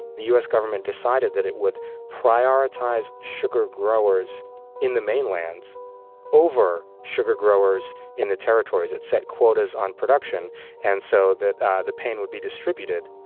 the u s. government decided that it would prioritize sugar growers in the mainland over sugar growers in the territories. it set quotas on production and so that the pain would be distributed